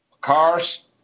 Cars